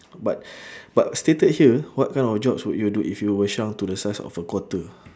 but but stated here what kind of jobs would you do if you were shrunk to the size of a quarter